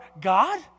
God